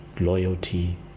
loyalty